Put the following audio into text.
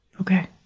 Okay